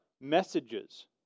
messages